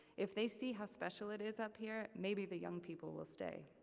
if they see how special it is up here, maybe the young people will stay.